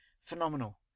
phenomenal